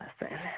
lesson